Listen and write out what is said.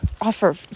offer